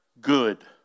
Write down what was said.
good